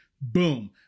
boom